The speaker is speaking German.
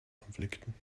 konflikten